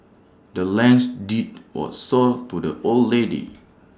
the land's deed was sold to the old lady